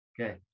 Okay